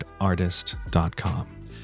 Artist.com